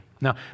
now